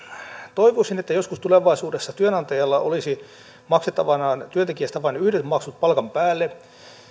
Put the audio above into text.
toivoisin että joskus tulevaisuudessa työnantajalla olisi maksettavanaan työntekijästä vain yhdet maksut palkan päälle